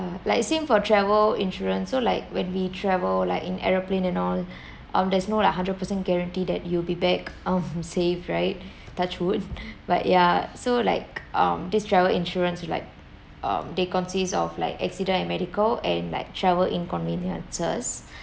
like same for travel insurance so like when we travel like in aeroplane and all um there's no like hundred percent guarantee that you'll be back um safe right touch wood but ya so like um this travel insurance will like um they consists of like accident and medical and like travel inconveniences